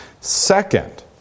Second